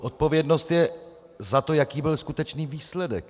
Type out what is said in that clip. Odpovědnost je za to, jaký byl skutečný výsledek.